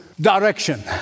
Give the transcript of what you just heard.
direction